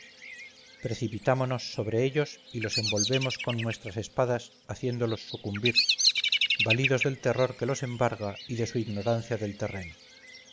huir precipitámonos sobre ellos y los envolvemos con nuestras espadas haciéndolos sucumbir validos del terror que los embarga y de su ignorancia del terreno